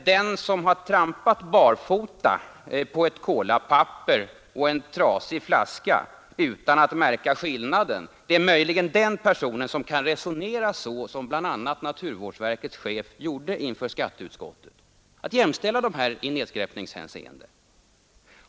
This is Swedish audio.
Den som har trampat barfota på ett kolapapper och på en trasig flaska utan att märka skillnaden kan möjligen resonera så som bl.a. naturvårdsverkets chef gjorde inför skatteutskottet. Han jämställer dessa saker i nedskräpningshänseende.